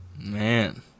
man